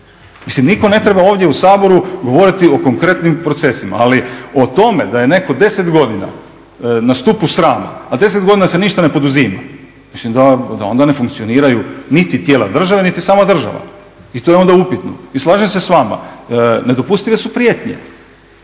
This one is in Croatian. Mislim, nitko ne treba ovdje u Saboru govoriti o konkretnim procesima, ali o tome da je netko 10 godina na stupu srama, a 10 godina se ništa ne poduzima mislim da onda ne funkcioniraju niti tijela države niti sama država. I to je onda upitno. I slažem se s vama nedopustive su prijetnje.